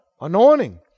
Anointing